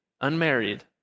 unmarried